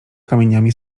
kamieniami